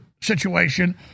situation